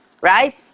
right